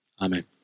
Amen